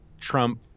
Trump